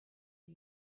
for